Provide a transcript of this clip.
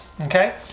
okay